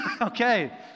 okay